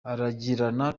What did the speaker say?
aragirana